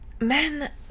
men